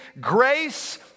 Grace